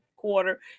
quarter